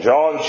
John